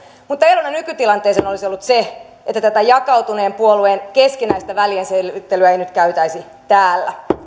mutta erona nykytilanteeseen olisi ollut se että tätä jakautuneen puolueen keskinäistä välienselvittelyä ei nyt käytäisi täällä